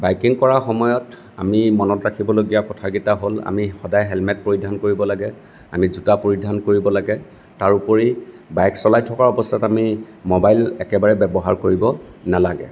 biking কৰাৰ সময়ত আমি মনত ৰাখিবলগীয়া কথা কেইটা হ'ল আমি সদায় হেলমেট পৰিধান কৰিব লাগে আমি জোতা পৰিধান কৰিব লাগে তাৰ উপৰি বাইক চলাই থকা অৱস্থাত আমি ম'বাইল একেবাৰে ব্যৱহাৰ কৰিব নালাগে